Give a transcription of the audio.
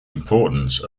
importance